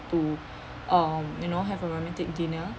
to um you know have a romantic dinner